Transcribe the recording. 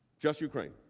just ukraine.